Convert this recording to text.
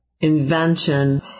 invention